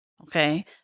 okay